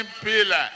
pillar